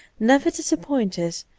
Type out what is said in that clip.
never disappoint us,